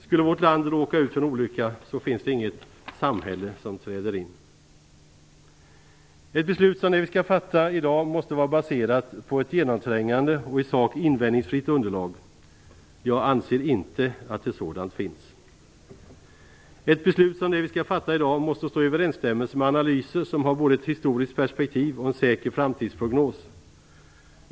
Skulle vårt land råka ut för en olycka finns det inget "samhälle" som träder in. Ett beslut som det vi skall fatta i dag måste vara baserat på ett genomträngande och i sak invändningsfritt underlag. Jag anser inte att ett sådant finns. Ett beslut som det vi skall fatta i dag måste stå i överensstämmelse med analyser som har både ett historiskt perspektiv och en säker framtidsprognos.